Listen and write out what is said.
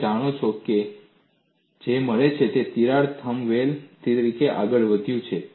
તમે જાણો છો તમને જે મળે છે તે છે તિરાડ થંબનેલ તરીકે આગળ વધ્યું છે